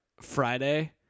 Friday